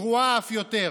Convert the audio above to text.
גרועה אף יותר.